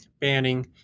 banning